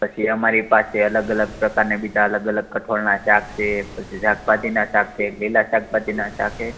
પછી અમારી પાસે અલગ અલગ પ્રકારનાં બીજા અલગ અલગ કઠોળનાં શાક છે પછી શાકભાજીનાં શાક છે લીલાં શાકભાજીનાં શાક છે